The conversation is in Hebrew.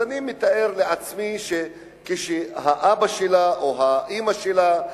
אז אני מתאר לעצמי שכשהאבא שלה או האמא שלה,